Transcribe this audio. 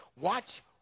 Watch